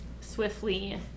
swiftly